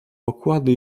okłady